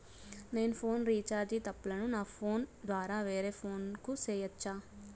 నేను phone recharge తప్పులను నా ఫోను ద్వారా వేరే ఫోను కు సేయొచ్చా?